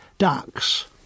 Ducks